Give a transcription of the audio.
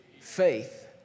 faith